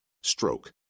Stroke